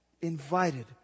invited